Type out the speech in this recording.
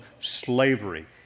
slavery